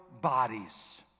bodies